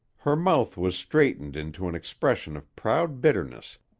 her mouth was straightened into an expression of proud bitterness,